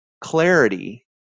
Clarity